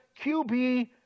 QB